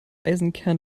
eisenkern